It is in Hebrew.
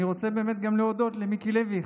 אני רוצה באמת גם להודות למיקי לוי,